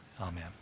Amen